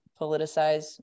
politicize